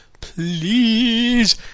please